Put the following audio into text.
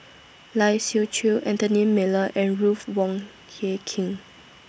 Lai Siu Chiu Anthony Miller and Ruth Wong Hie King